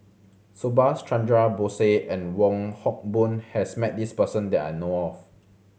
Subhas Chandra Bose and Wong Hock Boon has met this person that I know of